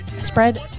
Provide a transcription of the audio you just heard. spread